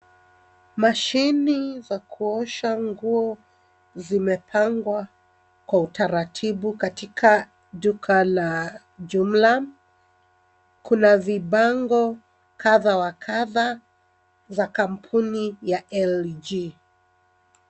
Mashini za kuosha nguo zimepangwa kwa utaratibu katika duka la jumla, kuna vibango kadha wa kadha za kampuni ya LG.